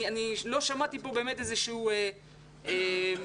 לא שמעתי כאן איזשהו מתווה,